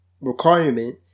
requirement